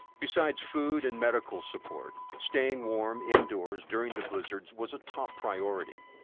besides food and medical support, staying warm indoors during the blizzards was a top priority.